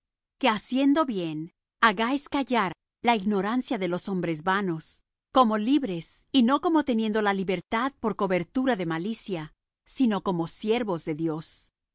que haciendo bien hagáis callara la ignorancia de los hombres vanos como libres y no como teniendo la libertad por cobertura de malicia sino como siervos de dios